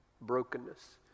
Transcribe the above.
brokenness